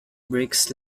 bricks